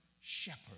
shepherd